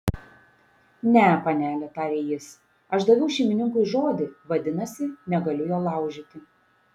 ne panele tarė jis aš daviau šeimininkui žodį vadinasi negaliu jo laužyti